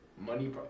money